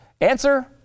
Answer